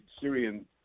Syrian